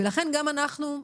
לכן גם אנחנו,